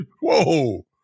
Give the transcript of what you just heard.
whoa